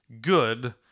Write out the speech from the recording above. good